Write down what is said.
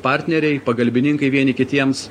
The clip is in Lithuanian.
partneriai pagalbininkai vieni kitiems